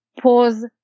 pause